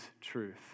truth